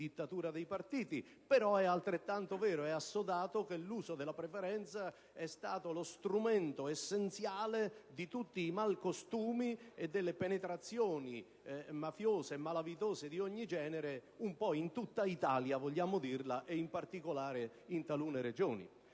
dittatura dei partiti. Però è altrettanto vero, ed è assodato, che l'uso della preferenza è stato lo strumento essenziale di tutti i malcostumi e delle penetrazioni mafiose e malavitose di ogni genere un po' in tutta l'Italia e in particolare in alcune Regioni.